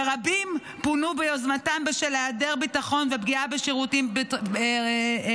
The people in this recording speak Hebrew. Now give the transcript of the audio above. ורבים פונו ביוזמתם בשל היעדר ביטחון ופגיעה בשירותים בסיסיים.